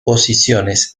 posiciones